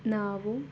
ನಾವು